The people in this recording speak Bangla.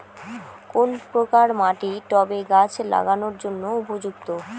কোন প্রকার মাটি টবে গাছ লাগানোর জন্য উপযুক্ত?